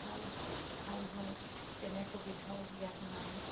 ভাল ভাল হয় তেনে সুবিধাও ইয়াত নাই